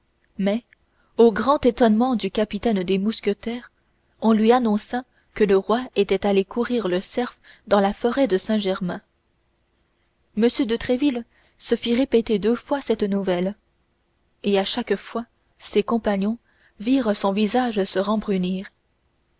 mais au grand étonnement du capitaine des mousquetaires on lui annonça que le roi était allé courre le cerf dans la forêt de saint-germain m de tréville se fit répéter deux fois cette nouvelle et à chaque fois ses compagnons virent son visage se